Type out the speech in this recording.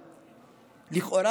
לכאורה,